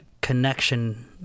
connection